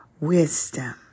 wisdom